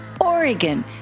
Oregon